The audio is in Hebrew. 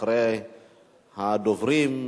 אחרי הדוברים,